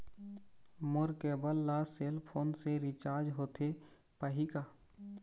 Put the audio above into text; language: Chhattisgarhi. मोर केबल ला सेल फोन से रिचार्ज होथे पाही का?